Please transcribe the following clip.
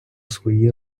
свої